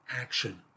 action